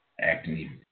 acting